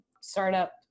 startup